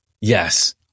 yes